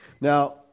Now